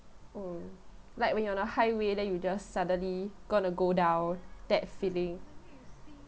oh like when you're on a highway then you just suddenly going to go down that feeling